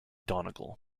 donegal